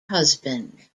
husband